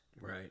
Right